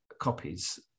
copies